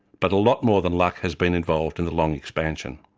but a lot more than luck has been involved in the long expansion.